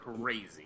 Crazy